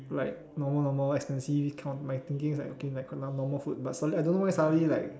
like normal normal expensive kind of my thinking is like okay lah quite normal food but suddenly I don't know why suddenly like